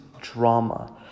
drama